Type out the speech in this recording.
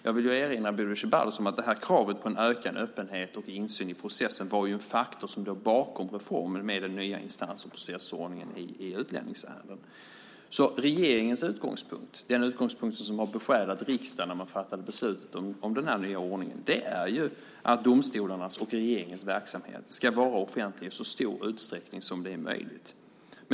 Jag vill erinra Bodil Ceballos om att det här kravet på en ökad öppenhet och insyn i processen var en faktor som låg bakom reformen med den nya instans och processordningen i utlänningsärenden. Regeringens utgångspunkt, den utgångspunkt som har besjälat riksdagen när man fattade beslutet om den här nya ordningen, är ju att domstolarnas och regeringens verksamhet ska vara offentlig i så stor utsträckning som det är möjligt.